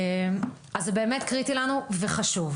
זה באמת קריטי לנו וחשוב.